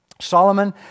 Solomon